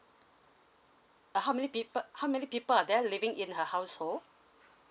uh how many people how many people are there living her household